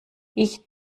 ich